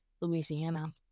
Louisiana